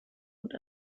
und